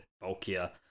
bulkier